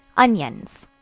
onions.